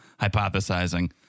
hypothesizing